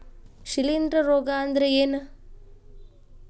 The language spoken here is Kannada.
ಶಿಲೇಂಧ್ರ ರೋಗಾ ಅಂದ್ರ ಏನ್?